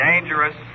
dangerous